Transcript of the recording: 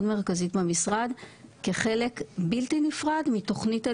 מרכזית במשרד כחלק בלתי נפרד מתוכנית הלימודים,